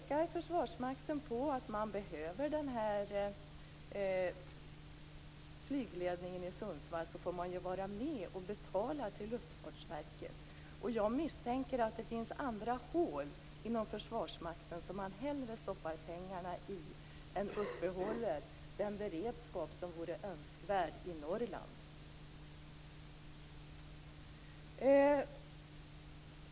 Om Försvarsmakten pekar på att man behöver den här flygledningen i Sundsvall får man ju vara med och betala till Luftfartsverket. Jag misstänker att det finns andra hål inom Försvarsmakten som man hellre stoppar pengarna i än att upprätthålla den beredskap som vore önskvärd i Norrland.